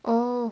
oh